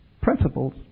principles